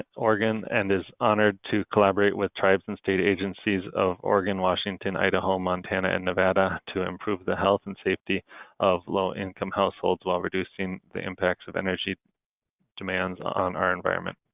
oregon and is honored to collaborate with tribes and state agencies of oregon, washington, idaho, montana, and nevada to improve the health and safety of low-income households while reducing the impacts of energy demands on our environment.